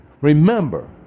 Remember